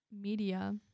media